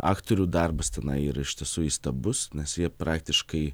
aktorių darbas tenai yra iš tiesų įstabus nes jie praktiškai